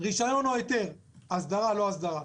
רישיון או היתר, אסדרה או לא אסדרה.